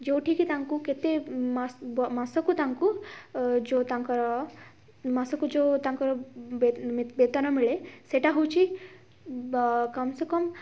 ଯେଉଁଠିକି ତାଙ୍କୁ କେତେ ମାସ ବ ମାସକୁ ତାଙ୍କୁ ଯେଉଁ ତାଙ୍କର ମାସକୁ ଯେଉଁ ତାଙ୍କର ବେତନ ମିଳେ ସେଇଟା ହେଉଛି ବ କମ୍ ସେ କମ୍